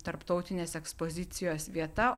tarptautinės ekspozicijos vieta